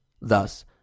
Thus